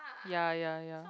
ya ya ya